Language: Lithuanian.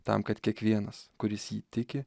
tam kad kiekvienas kuris jį tiki